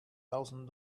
thousand